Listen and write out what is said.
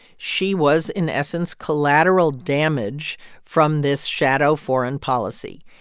she was, in essence, collateral damage from this shadow foreign policy.